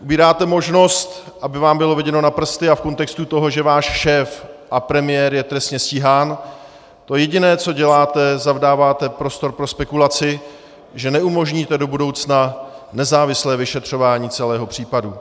Ubíráte možnost, aby vám bylo viděno na prsty, a v kontextu toho, že váš šéf a premiér je trestně stíhán, to jediné co děláte, zavdáváte prostor pro spekulaci, že neumožníte do budoucna nezávislé vyšetřování celého případu.